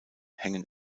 hängen